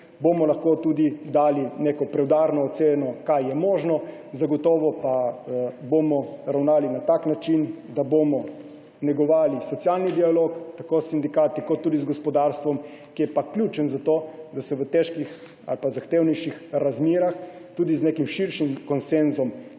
bomo lahko tudi dali neko preudarno oceno, kaj je možno, zagotovo pa bomo ravnali na tak način, da bomo negovali socialni dialog tako s sindikati kot tudi z gospodarstvom, kar je pa ključno za to, da se v težkih ali zahtevnejših razmerah tudi z nekim širšim konsenzom